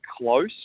close